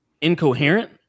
incoherent